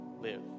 live